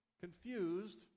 confused